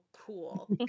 cool